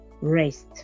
rest